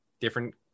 different